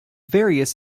various